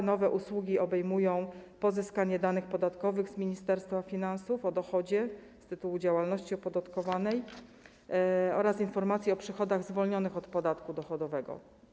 Te nowe usługi obejmują pozyskanie danych podatkowych z Ministerstwa Finansów o dochodzie z tytułu działalności opodatkowanej oraz informacje o przychodach zwolnionych od podatku dochodowego.